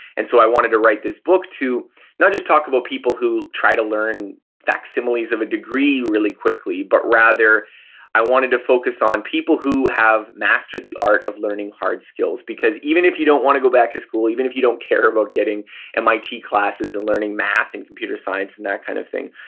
and so i wanted to write this book to not just talk about people who try to learn facsimiles of a degree really quickly, but rather i wanted to focus on people who have mastered the art of learning hard skills because even if you don't want to go back to school, even if you don't care about getting mit classes and learning math and computer science and that kind of thing,